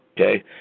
okay